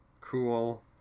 Cool